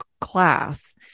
class